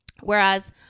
Whereas